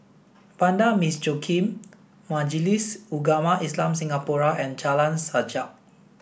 Vanda Miss Joaquim Majlis Ugama Islam Singapura and Jalan Sajak